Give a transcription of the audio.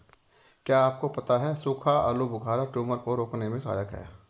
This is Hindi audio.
क्या आपको पता है सूखा आलूबुखारा ट्यूमर को रोकने में सहायक है?